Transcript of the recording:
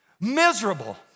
miserable